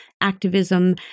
activism